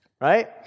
right